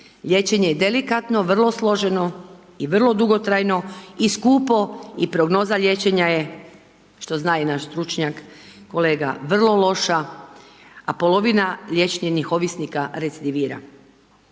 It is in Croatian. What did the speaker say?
Liječenje je delikatno, vrlo složeno i vrlo dugotrajno i skupo i prognoza liječenja je što zna i naš stručnjak, kolega, vrlo loša, a polovina liječenih ovisnika recidivira.